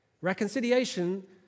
Reconciliation